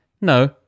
no